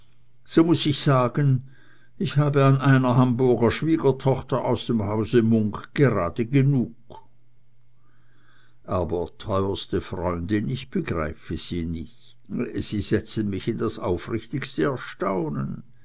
so muß ich sagen ich habe an einer hamburger schwiegertochter aus dem hause munk gerade genug aber teuerste freundin ich begreife sie nicht sie setzen mich in das aufrichtigste erstaunen